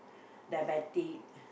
diabetic